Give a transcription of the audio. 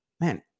man